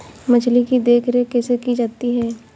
मछली की देखरेख कैसे की जाती है?